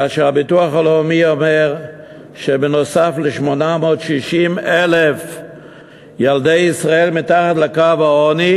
כאשר הביטוח הלאומי אומר שעל 860,000 ילדי ישראל מתחת לקו העוני